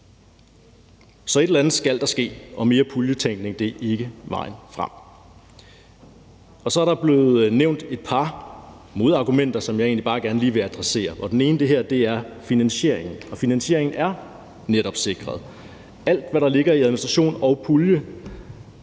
Så et eller andet skal der ske, og mere puljetænkning er ikke vejen frem. Så er der blevet nævnt et par modargumenter, som jeg egentlig bare gerne lige vil adressere. Det ene er finansieringen. Finansieringen er netop sikret. Alt, hvad der ligger i forbindelse med administration og pulje,